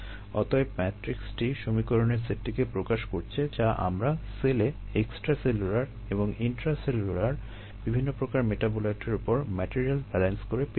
অতএব এই ম্যাট্রিক্সটি সমীকরণের সেটটিকে প্রকাশ করছে যা আমরা সেলে এক্সট্রাসেলুলার এবং ইনট্রাসেলুলার বিভিন্ন প্রকার মেটাবোলাইটের উপর ম্যাটেরিয়াল ব্যালান্স করে পেয়েছিলাম